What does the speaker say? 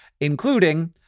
including